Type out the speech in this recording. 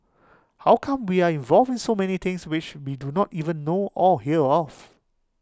how come we are involved in so many things which we do not even know or hear of